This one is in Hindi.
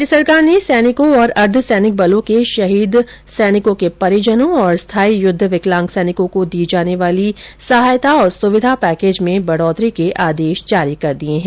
राज्य सरकार ने सैनिकों और अर्द्व सैनिक बलों के शहीद सैनिकों के परिजनों और स्थाई युद्ध विकलांग सैनिकों को दी जाने वाली सहायता और सुविधा पैकेज में बढ़ोतरी के आदेश जारी कर दिए हैं